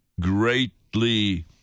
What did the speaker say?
greatly